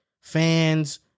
fans